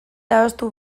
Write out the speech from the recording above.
ahaztu